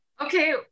Okay